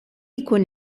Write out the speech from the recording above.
jkun